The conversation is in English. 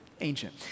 ancient